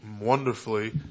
wonderfully